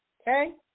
Okay